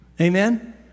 amen